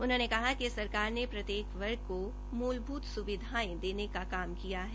उन्होंने कहा कि सरकार ने प्रत्येक वर्ग को मूलभूत सुविधायें देने का काम किया है